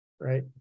right